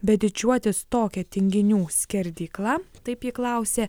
bet didžiuotis tokia tinginių skerdykla taip ji klausė